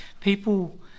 people